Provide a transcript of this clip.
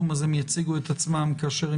עבירות הקורונה הן